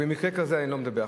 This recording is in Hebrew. על מקרה כזה אני לא מדבר.